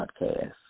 podcast